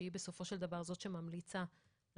שהיא בסופו של דבר זו שממליצה לקבינט,